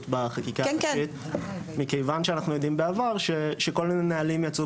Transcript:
בחקיקה מכיוון שאנחנו יודעים בעבר שכל מיני נהלים יצאו